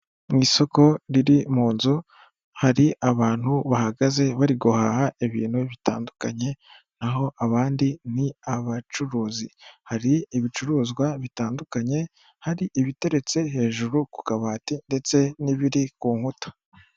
Mu isoko riri mu nzu hari abantu bahagaze bari guhaha ibintu bitandukanye n'aho abandi ni abacuruzi, hari ibicuruzwa bitandukanye hari ibiteretse hejuru ku kabati ndetse n'ibiri ku nkuta.